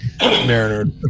Mariner